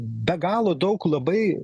be galo daug labai